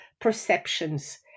perceptions